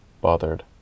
bothered